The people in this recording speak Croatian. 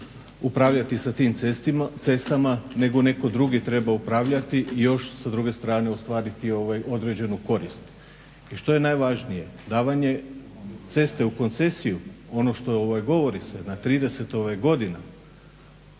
upravljati sa tim cestama nego neko drugi treba upravljati i još sa druge strane ostvariti određenu korist. I što je najvažnije? Davanje ceste u koncesiju, ono što se govori na 30 godina,a